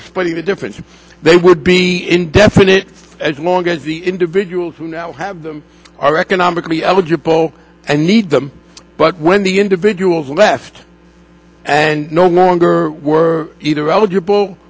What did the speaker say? splitting the difference if they would be indefinite as long as the individuals who now have them are economically eligible and need them but when the individuals left and no longer were either eligible